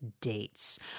dates